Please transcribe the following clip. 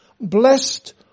blessed